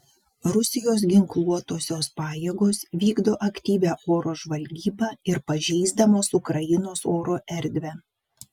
rusijos ginkluotosios pajėgos vykdo aktyvią oro žvalgybą ir pažeisdamos ukrainos oro erdvę